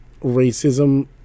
racism